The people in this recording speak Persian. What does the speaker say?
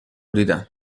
دیدم